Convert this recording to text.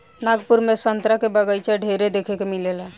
नागपुर में संतरा के बगाइचा ढेरे देखे के मिलेला